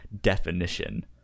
definition